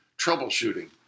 troubleshooting